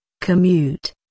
commute